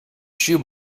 shoe